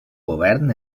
govern